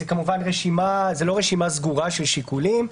זו לא רשימה סגורה של שיקולים.